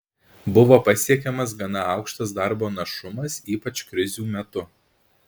buvo pasiekiamas gana aukštas darbo našumas ypač krizių metu